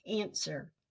Answer